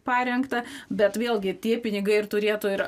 parengtą bet vėlgi tie pinigai ir turėtų ir